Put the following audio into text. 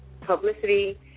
publicity